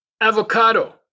avocado